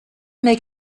make